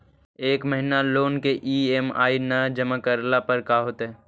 एक महिना लोन के ई.एम.आई न जमा करला पर का होतइ?